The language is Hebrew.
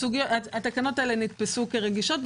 התקנות האלה נתפסו כרגישות.